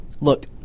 Look